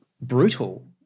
brutal